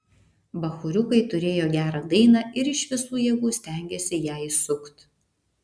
bachūriukai turėjo gerą dainą ir iš visų jėgų stengėsi ją įsukt